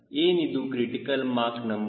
ಏನಿದು critical mock number